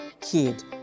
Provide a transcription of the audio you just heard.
kid